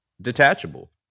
detachable